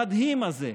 המדהים הזה,